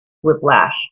whiplash